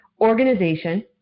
organization